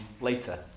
later